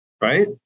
right